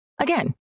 Again